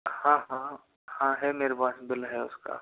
हाँ हाँ हाँ है मेरे पास बिल है उसका